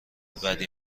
بدی